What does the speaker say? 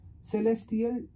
celestial